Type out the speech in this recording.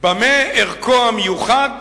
במה ערכו המיוחד